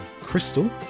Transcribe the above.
crystal